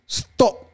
stop